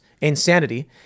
insanity